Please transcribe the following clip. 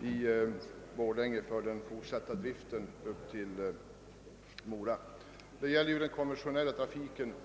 i Borlänge för lokbyte för att kunna fortsätta upp till Mora. Dessa förhållanden gäller den konventionella trafiken.